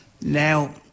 Now